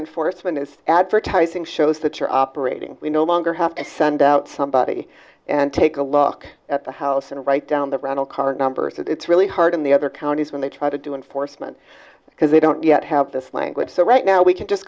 enforcement is advertising shows that are operating we no longer have to send out somebody and take a look at the house and write down the rental car numbers that it's really hard in the other counties when they try to do enforcement because they don't yet have this language so right now we can just